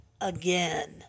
again